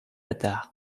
attard